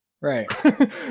right